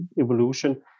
evolution